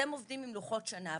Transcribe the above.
אתם עובדים עם לוחות שנה,